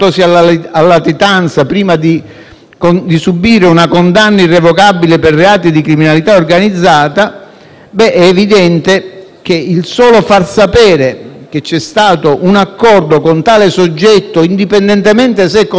di subire una condanna irrevocabile per reati di criminalità organizzata, è evidente che il solo far sapere che c'è stato un accordo con tale soggetto, indipendentemente dal fatto che sia stato